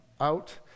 out